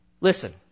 Listen